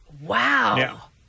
Wow